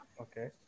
Okay